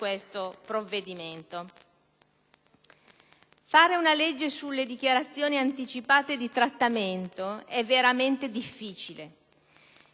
questo disegno di legge. Fare una legge sulle dichiarazioni anticipate di trattamento è veramente difficile.